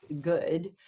good